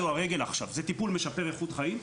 הרגל עכשיו זה טיפול משפר איכות חיים?